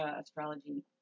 astrology